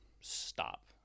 stop